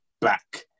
back